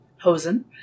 hosen